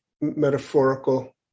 metaphorical